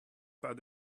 pas